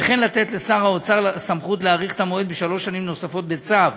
וכן לתת לשר האוצר סמכות להאריך את המועד בשלוש שנים נוספות בצו.